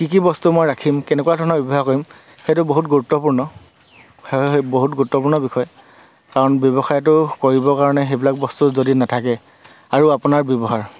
কি কি বস্তু মই ৰাখিম কেনেকুৱা ধৰণৰ ব্যৱসায় কৰিম সেইটো বহুত গুৰুত্বপূৰ্ণ বহুত গুৰুত্বপূৰ্ণ বিষয় কাৰণ ব্যৱসায়টো কৰিবৰ কাৰণে সেইবিলাক বস্তু যদি নাথাকে আৰু আপোনাৰ ব্যৱহাৰ